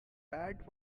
bad